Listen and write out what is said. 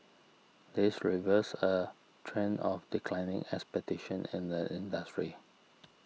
this reverses a trend of declining expectations in the industry